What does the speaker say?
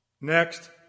Next